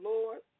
Lord